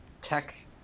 tech